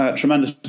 tremendous